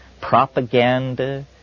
propaganda